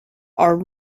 are